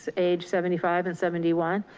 ah age seventy five and seventy one,